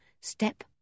step